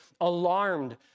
alarmed